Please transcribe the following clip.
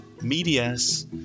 medias